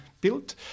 built